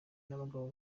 n’abagabo